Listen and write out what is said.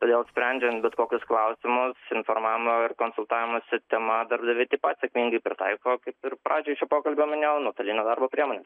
todėl sprendžiant bet kokius klausimus informavimo ir konsultavimosi tema darbdaviai taip pat sėkmingai pritaiko kaip ir pradžioj šio pokalbio minėjau nuotolines darbo priemones